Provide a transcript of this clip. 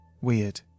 weird